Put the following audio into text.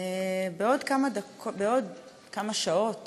בעוד כמה שעות